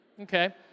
Okay